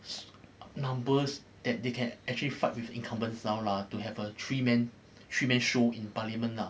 s~ numbers that they can actually fight with incumbent now lah to have a three men three men show in parliament lah